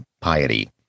piety